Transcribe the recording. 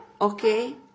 okay